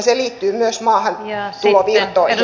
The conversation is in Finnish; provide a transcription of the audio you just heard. se liittyy myös maahantulovirtoihin